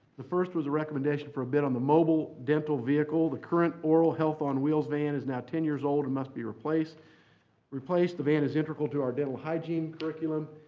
the first was a recommendation for a bid on the mobile dental vehicle. the current oral health on wheels van is now ten years old and must be replaced replaced. the van is integral to our dental hygiene curriculum,